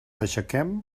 aixequem